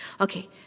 Okay